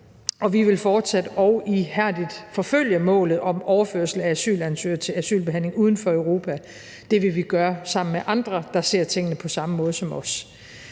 vi vil fortsat og ihærdigt forfølge målet om overførsel af asylansøgere til asylbehandling uden for Europa. Det vil vi gøre sammen med andre, der ser tingene på samme måde som os.